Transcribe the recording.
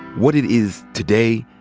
what it is today,